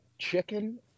Chicken